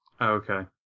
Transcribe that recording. Okay